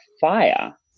fire